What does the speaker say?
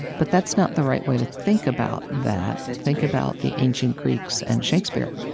but that's not the right way to think about that. think about the ancient greeks and shakespeare.